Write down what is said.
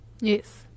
Yes